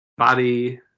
Body